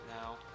now